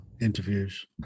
interviews